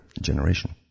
generation